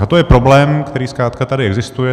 A to je problém, který zkrátka tady existuje.